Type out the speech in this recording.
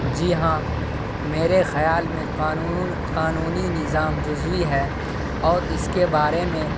جی ہاں میرے خیال میں قانون قانونی نظام جزوی ہے اور اس کے بارے میں